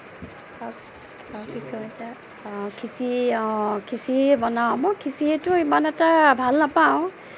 অঁ খিচিৰি অঁ খিচিৰি বনাওঁ মই খিচিৰিটো ইমান এটা ভাল নাপাওঁ